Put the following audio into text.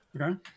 okay